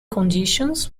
conditions